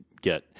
get